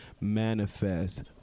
manifest